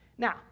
Now